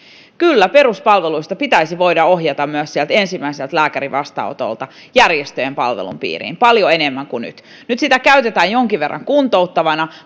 kyllä peruspalveluista pitäisi voida ohjata myös sieltä ensimmäiseltä lääkärin vastaanotolta järjestöjen palvelujen piiriin paljon enemmän kuin nyt nyt niitä käytetään jonkin verran kuntouttavana